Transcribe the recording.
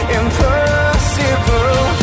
impossible